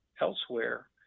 elsewhere